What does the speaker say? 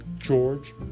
George